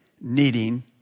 needing